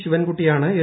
ശിവൻ കുട്ടിയാണ് എൽ